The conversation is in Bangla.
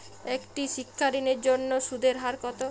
একটি শিক্ষা ঋণের জন্য সুদের হার কত?